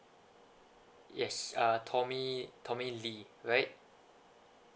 yes uh tommy tommy lee right